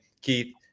Keith